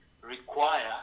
require